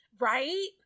Right